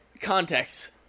Context